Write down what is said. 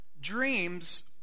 dreams